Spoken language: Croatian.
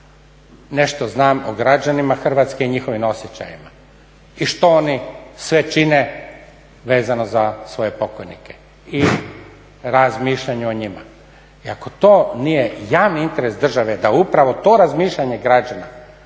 nešto znam o građanima Hrvatske i njihovim osjećajima i što oni sve čine vezano za svoje pokojnike i razmišljanje o njima. I ako to nije javni interes države da upravo to razmišljanje građana